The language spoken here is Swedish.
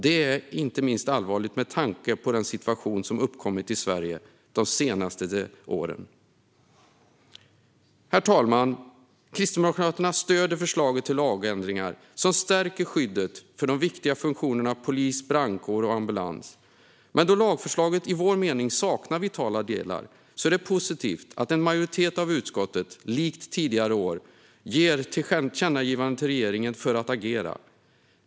Det är inte minst allvarligt med tanke på den situation som uppkommit i Sverige de senaste åren. Herr talman! Kristdemokraterna stöder förslaget till lagändringar som stärker skyddet för de viktiga funktionerna polis, brandkår och ambulans. Men då lagförslaget enligt vår mening saknar vitala delar är det positivt att en majoritet av utskottet likt tidigare år gör ett tillkännagivande till regeringen att agera.